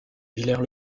villers